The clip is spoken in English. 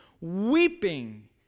weeping